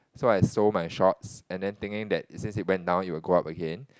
so I sold my shorts and then thinking that since it went down it will go up again